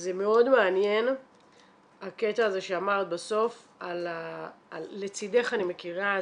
זה מאוד מעניין הקטע שאמרת בסוף על --- לצידך אני מכירה,